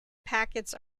packets